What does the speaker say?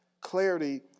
Clarity